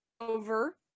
over